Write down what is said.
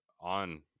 on